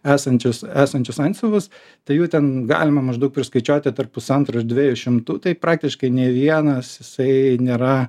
esančius esančius antsiuvus tai jų ten galima maždaug priskaičiuoti tarp pusantro ir dviejų šimtų tai praktiškai nė vienas jisai nėra